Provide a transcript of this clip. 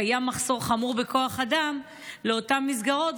קיים מחסור חמור בכוח אדם לאותן מסגרות,